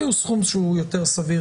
תחשבו על סכום יותר סביר.